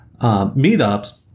meetups